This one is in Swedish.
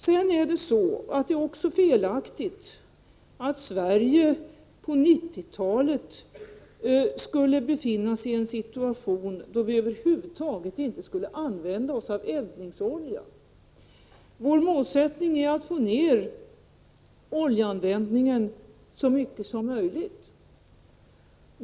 Vidare är det felaktigt att vi i Sverige på 1990-talet skulle komma att befinna oss i en situation, där vi över huvud taget inte skulle använda oss av eldningsolja. Vår målsättning är att minska oljeanvändningen så mycket som möjligt.